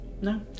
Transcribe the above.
no